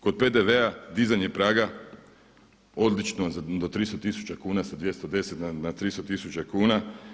Kod PDV-a dizanje praga, odlično do 300 tisuća kuna sa 210 na 300 tisuća kuna.